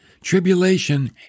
Tribulation